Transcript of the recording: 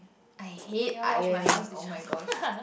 I hate ironing oh-my-gosh